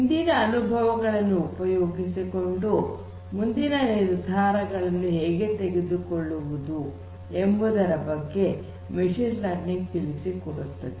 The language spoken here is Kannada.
ಹಿಂದಿನ ಅನುಭವಗಳನ್ನು ಉಪಯೋಗಿಸಿಕೊಂಡು ಮುಂದಿನ ನಿರ್ಧಾರಗಳನ್ನು ಹೇಗೆ ತೆಗೆದುಕೊಳ್ಳುವುದು ಎಂಬುದರ ಬಗ್ಗೆ ಮಷೀನ್ ಲರ್ನಿಂಗ್ ತಿಳಿಸಿಕೊಡುತ್ತದೆ